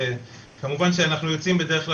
אני צריך לשמור